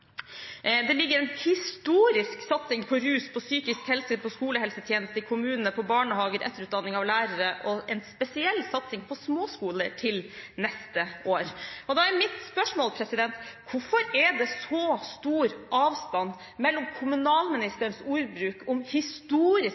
Det ligger en historisk satsing på rus, på psykisk helse, på skolehelsetjeneste i kommunene, på barnehager, etterutdanning av lærere og en spesiell satsing på småskoler til neste år.» Da er mitt spørsmål: Hvorfor er det så stor avstand mellom kommunalministerens ordbruk om